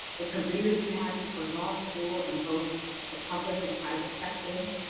the careers you had before law school in both the public and private sector,